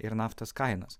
ir naftos kainos